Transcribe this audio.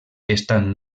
estant